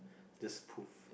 just poof